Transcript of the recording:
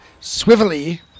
swivelly